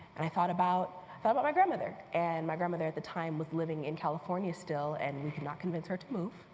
and i thought about but my grandmother and my grandmother at the time was living in california still and we cannot convince her to move.